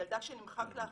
ילדה שנמחק לה החיוך,